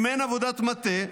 אם אין עבודת מטה,